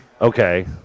Okay